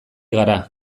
gara